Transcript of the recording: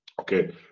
okay